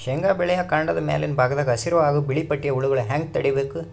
ಶೇಂಗಾ ಬೆಳೆಯ ಕಾಂಡದ ಮ್ಯಾಲಿನ ಭಾಗದಾಗ ಹಸಿರು ಹಾಗೂ ಬಿಳಿಪಟ್ಟಿಯ ಹುಳುಗಳು ಹ್ಯಾಂಗ್ ತಡೀಬೇಕು?